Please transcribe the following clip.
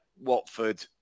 Watford